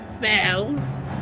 bells